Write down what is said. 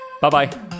Bye-bye